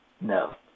no